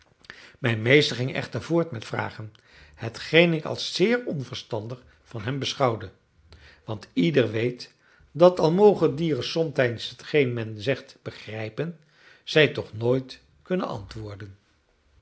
mijn meester ging echter voort met vragen hetgeen ik als zeer onverstandig van hem beschouwde want ieder weet dat al mogen dieren somtijds hetgeen men zegt begrijpen zij toch nooit kunnen antwoorden